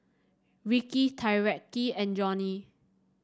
Ricci Tyreke and Johnnie